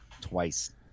Twice